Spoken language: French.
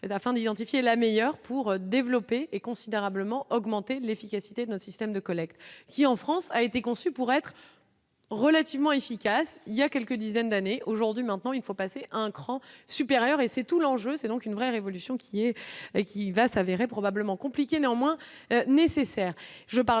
d'afin d'identifier la meilleure pour développer et considérablement augmenter l'efficacité d'un système de collecte qui en France a été conçu pour être relativement efficace il y a quelques dizaines d'années aujourd'hui, maintenant il faut passer un cran supérieur et c'est tout l'enjeu, c'est donc une vraie révolution qui est et qui va s'avérer probablement compliqué néanmoins nécessaire,